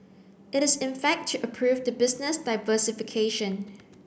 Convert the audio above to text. it is in fact to approve the business diversification